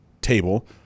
table